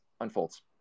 unfolds